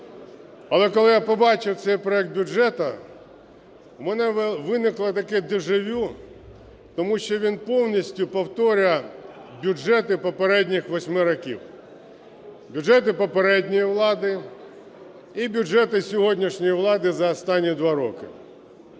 Але коли я побачив цей проект бюджету, в мене виникло таке дежавю, тому що він повністю повторює бюджети попередніх восьми років, бюджети попередньої влади і бюджети сьогоднішньої влади за останні два роки.